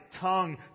tongue